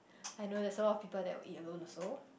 I know there's a lot of people that will eat alone also